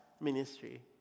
ministry